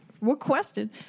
requested